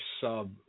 sub